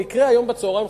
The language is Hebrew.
במקרה היום בצהריים,